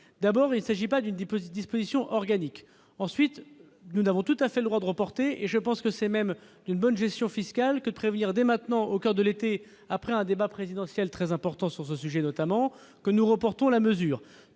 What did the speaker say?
d'abord qu'il ne s'agit pas d'une disposition organique. Ensuite, nous avons tout à fait le droit de reporter la mesure ; c'est même la bonne gestion fiscale qui commande de prévenir dès maintenant, au coeur de l'été, après un débat présidentiel très important sur ce sujet notamment, que nous la reportons. En outre,